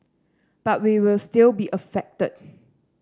but we will still be affected